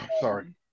Sorry